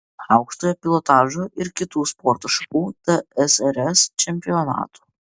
aukštojo pilotažo ir kitų sporto šakų tsrs čempionatų